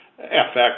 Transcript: FX